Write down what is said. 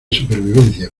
supervivencia